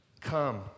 come